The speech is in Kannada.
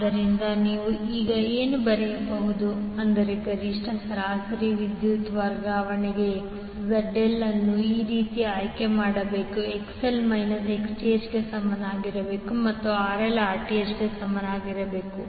ಆದ್ದರಿಂದ ನೀವು ಈಗ ಏನು ಬರೆಯಬಹುದು ಎಂದರೆ ಗರಿಷ್ಠ ಸರಾಸರಿ ವಿದ್ಯುತ್ ವರ್ಗಾವಣೆಗೆ ZL ಅನ್ನು ಆ ರೀತಿಯಲ್ಲಿ ಆಯ್ಕೆ ಮಾಡಬೇಕು XL ಮೈನಸ್ Xth ಗೆ ಸಮನಾಗಿರಬೇಕು ಮತ್ತು RL Rth ಗೆ ಸಮನಾಗಿರಬೇಕು